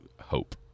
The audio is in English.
hope